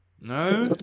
No